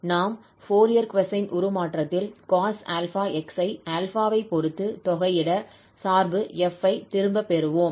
நாம் Fourier cosine உருமாற்றத்தில் cos 𝛼𝑥 ஐ 𝛼 பொறுத்து தொகையிட சார்பு f ஐ திரும்ப பெறுவோம்